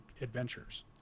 adventures